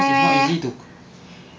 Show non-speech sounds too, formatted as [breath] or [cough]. cause it's not easy to [breath]